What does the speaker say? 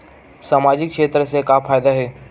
सामजिक क्षेत्र से का फ़ायदा हे?